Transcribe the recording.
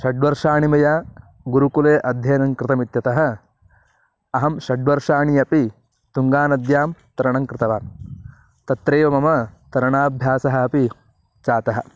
षड्वर्षाणि मया गुरुकुले अध्ययनं कृतमित्यतः अहं षड्वर्षाणि अपि तुङ्गानद्यां तरणं कृतवान् तत्रैव मम तरणाभ्यासः अपि जातः